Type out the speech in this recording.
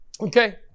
Okay